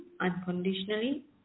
unconditionally